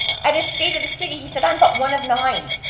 and as stated, the city he said i'm but one of nine,